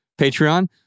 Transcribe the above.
Patreon